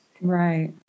Right